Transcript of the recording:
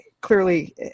clearly